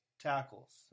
Tackles